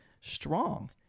strong